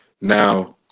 Now